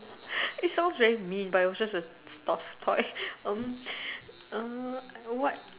it sounds very mean but it was just a soft toy um um what